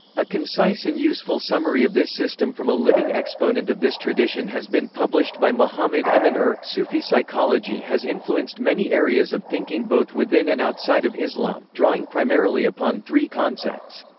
a concise and useful summary of this system from a living exponent of this tradition has been published by muhammad emin er sufi psychology has influenced many areas of thinking both within and outside of islam, drawing primarily upon three concepts.